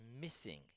missing